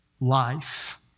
life